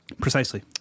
Precisely